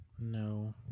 no